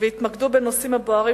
והתמקדו בנושאים הבוערים,